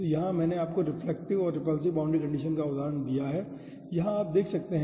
तो यहाँ मैंने आपको रिफ्लेक्टिव और रिपल्सिव बाउंड्री कंडीशन का उदाहरण दिया है यहाँ आप देख सकते हैं